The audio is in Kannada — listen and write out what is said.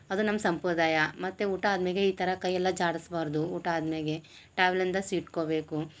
ಅದು ನಮ್ಮ ಸಂಪ್ರದಾಯ ಮತ್ತು ಊಟ ಆದ್ಮ್ಯಾಗೆ ಈ ಥರ ಕೈಯೆಲ್ಲ ಜಾಡಸ್ಬಾರದು ಊಟ ಆದ್ಮ್ಯಾಗೆ ಟಾವೆಲ್ಲಿಂದ ಸೀಟ್ಕೊಬೇಕು